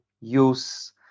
use